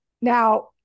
Now